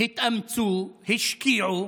התאמצו, השקיעו,